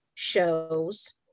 shows